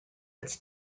its